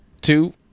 two